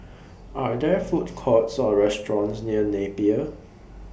Are There Food Courts Or restaurants near Napier